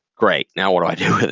great now what do i do?